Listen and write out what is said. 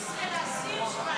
16 להסיר.